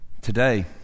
Today